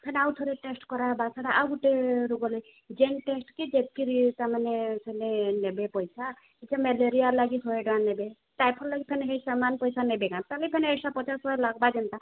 ସେନେ ଆଉଥରେ ଟେଷ୍ଟ କରାଇବା ସେଟା ଆଉ ଗୋଟେ ରୋଗ ହେଲେ ଯେନ୍ ଟେଷ୍ଟ କି ଯେତ୍କିରି ତାମାନେ ସେନେ ନେବେ ପଇସା କିଛି ମ୍ୟାଲେରିଆ ଲାଗି ଶହେଟଙ୍କା ନେବେ ଟାଇଫଏଡ଼ ଲାଗି ଫେନେ ସେଇ ସେମାନେ ପଇସା ନେବେ କାଁ ତା' ଲାଗି ଫେନେ ଏକ୍ସଟ୍ରା ପଚାଶ ଲାଗ୍ବା ଯେନ୍ତା